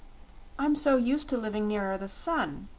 i'm so used to living nearer the sun,